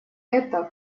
это